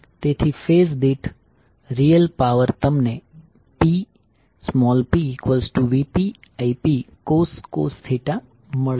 તેથી ફેઝ દીઠ real power તમને PpVpIpcos મળશે